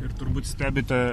ir turbūt stebite